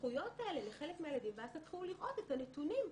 הזכויות האלה לחלק מהילדים ואז תתחילו לראות את הנתונים.